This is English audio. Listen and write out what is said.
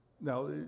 now